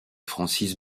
francis